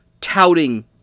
touting